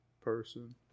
person